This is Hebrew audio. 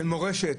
של מורשת.